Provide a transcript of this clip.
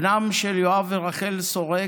בנם של יואב ורחל שורק,